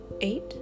Eight